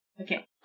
Okay